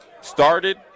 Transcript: started